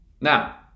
Now